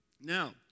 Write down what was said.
Now